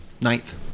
Ninth